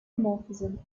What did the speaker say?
morphism